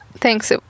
thanks